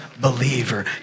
believer